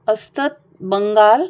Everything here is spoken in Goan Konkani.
अस्तत बंगाल